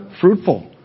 Fruitful